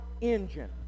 engine